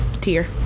Tear